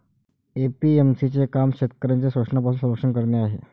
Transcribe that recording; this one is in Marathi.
ए.पी.एम.सी चे काम शेतकऱ्यांचे शोषणापासून संरक्षण करणे आहे